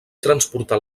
transportar